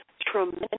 tremendous